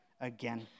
again